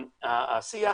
השיח